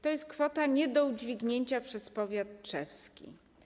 To jest kwota nie do udźwignięcia przez powiat tczewski.